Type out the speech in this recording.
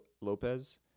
Lopez